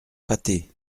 pâté